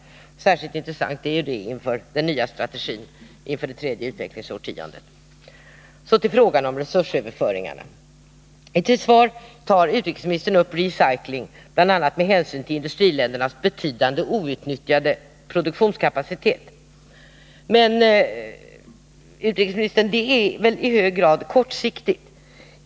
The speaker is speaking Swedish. Särskilt intressant blir detta när det gäller den nya strategin inför det tredje utvecklingsårtiondet. Så till frågan om resursöverföringar. Som svar pekar utrikesministern på recycling, bl.a. med hänsyn till industriländernas betydande outnyttjade produktionskapacitet. Men, herr utrikesminister, det är väl i hög grad kortsiktigt.